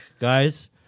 guys